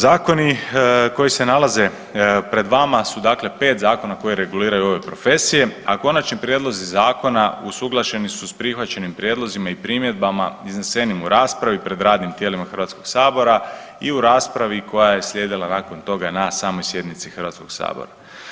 Zakoni koji se nalaze pred vama su dakle pet zakona koji reguliraju ove profesije, a konačni prijedlozi zakona usuglašeni su sa prihvaćenim prijedlozima i primjedbama iznesenim u raspravi pred radnim tijelima Hrvatskog sabora i u raspravi koja je slijedila nakon toga na samoj sjednici Hrvatskog sabora.